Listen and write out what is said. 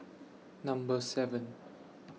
Number seven